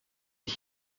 ich